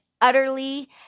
utterly